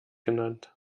genannt